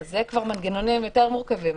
זה כבר מנגנונים יותר מורכבים,